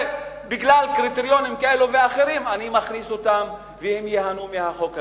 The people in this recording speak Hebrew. בגלל קריטריונים כאלה ואחרים אני מכניס אותם והם ייהנו מהחוק הזה?